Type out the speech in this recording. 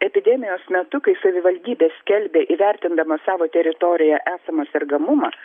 epidemijos metu kai savivaldybė skelbia įvertindama savo teritorijoje esamą sergamumą